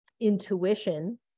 intuition